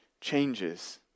changes